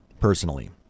personally